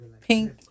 pink